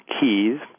keys